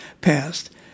passed